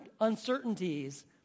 uncertainties